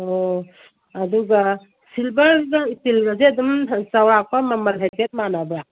ꯑꯪ ꯑꯗꯨꯒ ꯁꯤꯜꯕꯔꯒ ꯏꯁꯇꯤꯜꯒꯁꯦ ꯑꯗꯨꯝ ꯆꯧꯔꯥꯛꯄ ꯃꯃꯜ ꯍꯥꯏꯐꯦꯠ ꯃꯥꯟꯅꯕ꯭ꯔꯥ